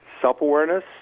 self-awareness